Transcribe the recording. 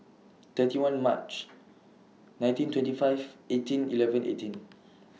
thirty one March nineteen twenty five eighteen eleven eighteen